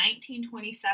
1927